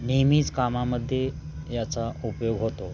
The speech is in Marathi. नेहमीच कामामध्ये याचा उपयोग होतो